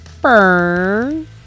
Burn